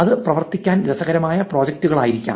ഇത് പ്രവർത്തിക്കാൻ രസകരമായ പ്രോജക്ടുകളായിരിക്കാം